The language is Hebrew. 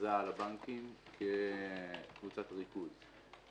ההכרזה על הבנקים כקבוצת ריכוז.